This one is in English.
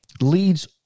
leads